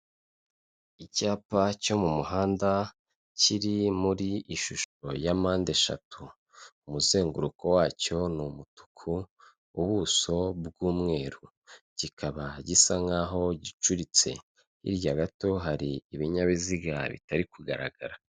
Icyapa cyo mu muhanda, kiri muri ishusho ya mpande eshatu, umuzenguruko wacyo ni umutuku, ubuso bw'umweru, kikaba gisa nk'aho gicuritse, hirya gato hari ibinyabiziga bitari kugaragara.